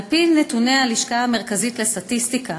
על-פי נתוני הלשכה המרכזית לסטטיסטיקה,